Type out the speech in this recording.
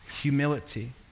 Humility